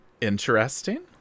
interesting